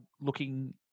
looking